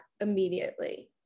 immediately